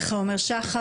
לך עומר שחר,